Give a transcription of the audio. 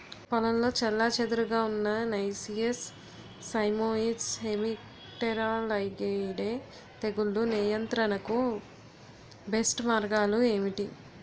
పొలంలో చెల్లాచెదురుగా ఉన్న నైసియస్ సైమోయిడ్స్ హెమిప్టెరా లైగేయిడే తెగులు నియంత్రణకు బెస్ట్ మార్గాలు ఏమిటి?